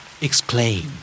Exclaim